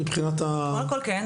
קודם כל כן,